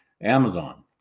Amazon